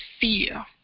fear